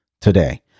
today